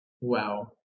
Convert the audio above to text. Wow